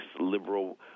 liberal